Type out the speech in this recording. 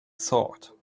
thought